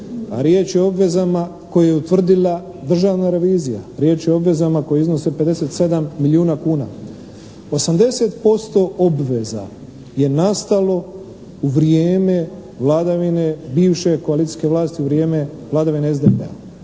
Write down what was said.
a riječ je o obvezama koje je utvrdila Državna revizija, riječ je o obvezama koje iznose 57 milijuna kuna. 80% obveza je nastalo u vrijeme vladavine bivše koalicijske vlasti, u vrijeme vladavine SDP-a,